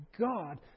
God